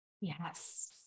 Yes